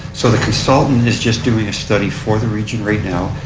so the consultant is just doing a study for the region right now.